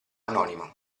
anonimo